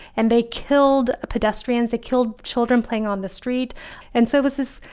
and they killed a pedestrian. they killed children playing on the street and services.